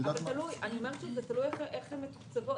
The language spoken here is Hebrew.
תלוי איך הן מתוקצבות,